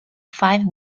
five